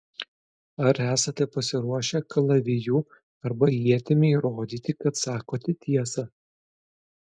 ar esate pasiruošę kalaviju arba ietimi įrodyti kad sakote tiesą